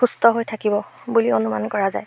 সুস্থ হৈ থাকিব বুলি অনুমান কৰা যায়